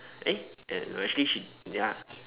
eh no actually she ya